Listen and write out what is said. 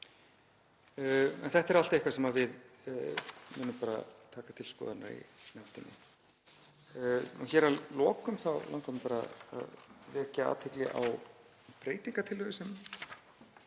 Þetta er allt eitthvað sem við munum taka til skoðunar í nefndinni Að lokum langar mig bara að vekja athygli á breytingartillögu sem